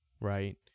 right